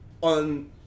on